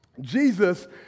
Jesus